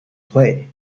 play